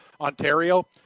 Ontario